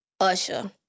Usher